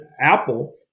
Apple